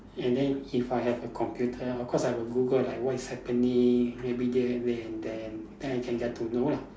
and then if I have a computer of course I will Google like what is happening everyday and then then then I can get to know lah